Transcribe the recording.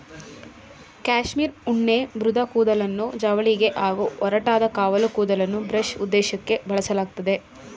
cashmere ಉಣ್ಣೆ ಮೃದು ಕೂದಲನ್ನು ಜವಳಿಗೆ ಹಾಗೂ ಒರಟಾದ ಕಾವಲು ಕೂದಲನ್ನು ಬ್ರಷ್ ಉದ್ದೇಶಕ್ಕೇ ಬಳಸಲಾಗ್ತದೆ